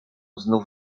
znów